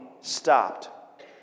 stopped